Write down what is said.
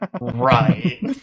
right